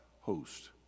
host